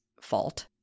fault